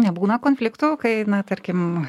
nebūna konfliktų kai na tarkim